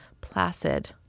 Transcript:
Placid